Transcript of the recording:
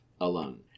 alone